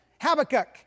Habakkuk